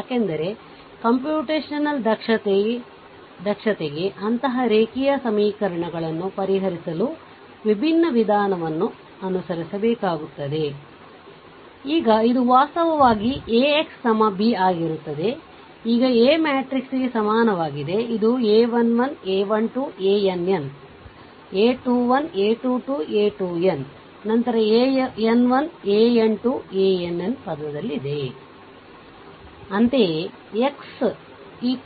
ಆದ್ದರಿಂದ ಕಂಪ್ಯೂಟೇಶನಲ್ ದಕ್ಷತೆಗೆ ಅಂತಹ ರೇಖೀಯ ಸಮೀಕರಣಗಳನ್ನು ಪರಿಹರಿಸಲು ವಿಭಿನ್ನ ವಿಧಾನವನ್ನು ಅನುಸರಿಸುತ್ತೀರಿ ಈಗ ಇದು ವಾಸ್ತವವಾಗಿ AXB ಆಗಿರುತ್ತದೆ ಈಗ a ಮ್ಯಾಟ್ರಿಕ್ಸ್ಗೆ ಸಮಾನವಾಗಿದೆ ಇದು a 1 1 a 1 2 a 1n a 21 a 2 2 a 2n ನಂತರ an 1 an 2 ann ಪದದಲ್ಲಿದೆ ಅಂತೆಯೇ X x